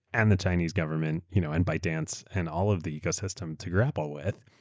and the chinese government, you know and bytedance, and all of the ecosystem to grapple with.